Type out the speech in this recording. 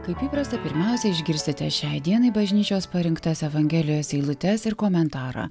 kaip įprasta pirmiausia išgirsite šiai dienai bažnyčios parinktas evangelijos eilutes ir komentarą